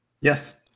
Yes